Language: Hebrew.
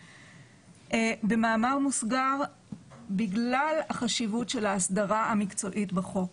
במאמר מוסגר בגלל החשיבות של ההסדרה המקצועית בחוק.